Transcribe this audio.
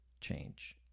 change